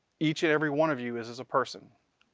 each and every one of you is as a person.